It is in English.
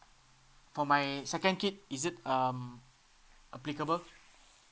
for my second kid is it um applicable